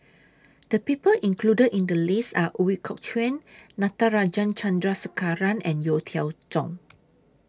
The People included in The list Are Ooi Kok Chuen Natarajan Chandrasekaran and Yeo Cheow Tong